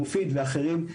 מופיד ואחרים,